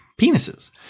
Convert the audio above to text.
penises